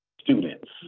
students